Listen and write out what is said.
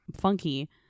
funky